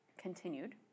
continued